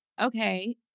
Okay